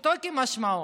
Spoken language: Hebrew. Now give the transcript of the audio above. פשוטו כמשמעו.